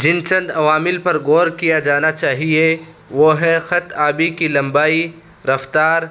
جن چند عوامل پر گور کیا جانا چاہیے وہ ہے خط آبی کی لمبائی رفتار